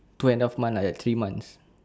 two and half month like that three months